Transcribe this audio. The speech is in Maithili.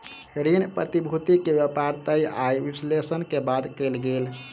ऋण प्रतिभूति के व्यापार तय आय विश्लेषण के बाद कयल गेल